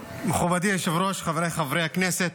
היושב-ראש, חבריי חברי הכנסת,